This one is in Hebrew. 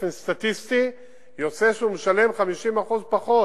באופן סטטיסטי יוצא שהוא משלם 50% פחות.